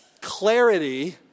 clarity